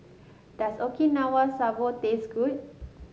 does Okinawa Soba taste good